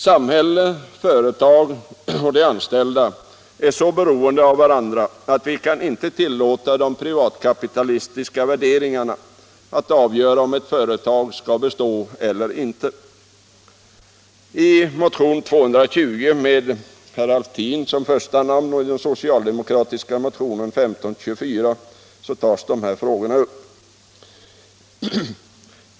Samhälle, företag och anställda är så beroende av varandra att vi inte kan tillåta de privatkapitalistiska värderingarna att avgöra om ett företag skall bestå eller inte. I de socialdemokratiska motionerna 220, med herr Alftin som första namn, och 1524 tas dessa frågor upp.